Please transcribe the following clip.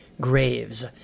graves